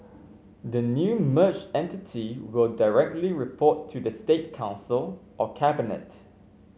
the new merged entity will directly report to the State Council or cabinet